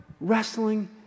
wrestling